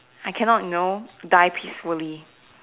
I cannot you know die peacefully